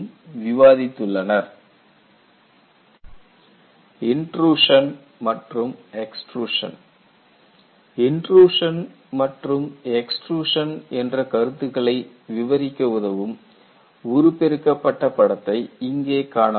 Intrusion and extrusion intrusion மற்றும் extrusion intrusion மற்றும் extrusion என்ற கருத்துகளை விவரிக்க உதவும் உருபெருக்கப்பட்ட படத்தை இங்கே காணலாம்